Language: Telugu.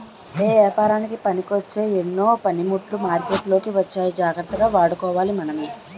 ఏపారానికి పనికొచ్చే ఎన్నో పనిముట్లు మార్కెట్లోకి వచ్చాయి జాగ్రత్తగా వాడుకోవాలి మనమే